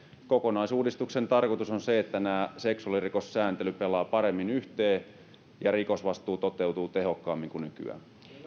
kokonaisuudistuksen tarkoitus on se että seksuaalirikossääntelyt pelaavat paremmin yhteen ja rikosvastuu toteutuu tehokkaammin kuin nykyään